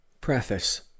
Preface